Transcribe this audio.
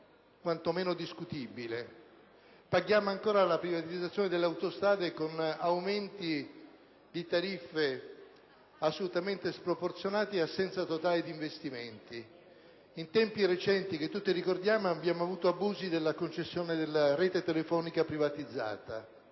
quanto meno discutibile. Paghiamo ancora la privatizzazione delle autostrade con aumenti di tariffe assolutamente sproporzionati ed assenza totale di investimenti. In tempi recenti, come tutti ricordiamo, abbiamo registrato abusi della concessione della rete telefonica privatizzata.